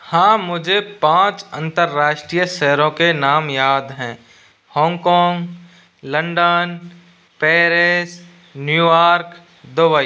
हाँ मुझे पाँच अन्तर्राष्ट्रीय शहरों के नाम याद हैं Hong Kong London Paris Newark Dubai